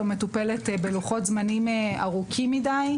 או מטופלת בלוחות זמנים ארוכים מדי,